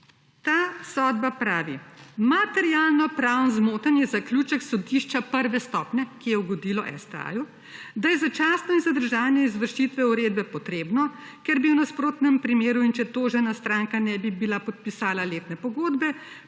Ta sodba pravi, »materialno praven(?) zmoten je zaključek sodišča prve stopnje, ki je ugodilo STA, da je začasno in(?) zadržanje izvršitve uredbe potrebno, ker bi v nasprotnem primeru in če tožena stranka ne bi bila podpisala letne pogodbe,